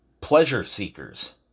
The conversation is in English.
pleasure-seekers